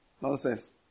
Nonsense